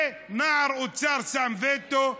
ונער אוצר שם וטו.